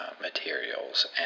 materials